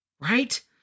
Right